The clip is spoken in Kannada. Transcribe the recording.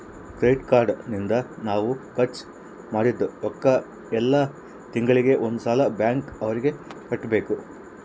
ಕ್ರೆಡಿಟ್ ಕಾರ್ಡ್ ನಿಂದ ನಾವ್ ಖರ್ಚ ಮದಿದ್ದ್ ರೊಕ್ಕ ಯೆಲ್ಲ ತಿಂಗಳಿಗೆ ಒಂದ್ ಸಲ ಬ್ಯಾಂಕ್ ಅವರಿಗೆ ಕಟ್ಬೆಕು